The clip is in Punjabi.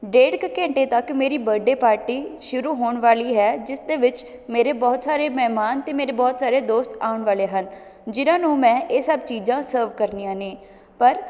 ਡੇਢ ਕੁ ਘੰਟੇ ਤੱਕ ਮੇਰੀ ਬਰਡੇ ਪਾਰਟੀ ਸ਼ੁਰੂ ਹੋਣ ਵਾਲੀ ਹੈ ਜਿਸ ਦੇ ਵਿੱਚ ਮੇਰੇ ਬਹੁਤ ਸਾਰੇ ਮਹਿਮਾਨ ਅਤੇ ਮੇਰੇ ਬਹੁਤ ਸਾਰੇ ਦੋਸਤ ਆਉਣ ਵਾਲੇ ਹਨ ਜਿਹਨਾਂ ਨੂੰ ਮੈਂ ਇਹ ਸਭ ਚੀਜ਼ਾਂ ਸਰਵ ਕਰਨੀਆਂ ਨੇ ਪਰ